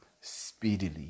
speedily